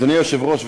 אדוני היושב-ראש,